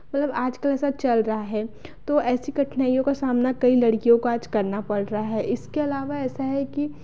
आजकल ऐसा चल रहा है तो ऐसी कठिनाइयों का सामना कई लड़कियों को आज करना पड़ रहा है इसके अलावा ऐसा है कि